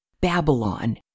Babylon